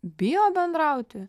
bijo bendrauti